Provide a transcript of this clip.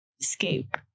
Escape